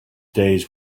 days